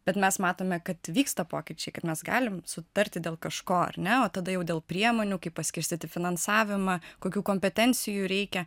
bet mes matome kad vyksta pokyčiai kad mes galim sutarti dėl kažko ar ne o tada jau dėl priemonių kaip paskirstyti finansavimą kokių kompetencijų reikia